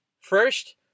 first